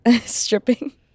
stripping